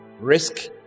Risk